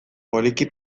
poliki